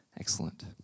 Excellent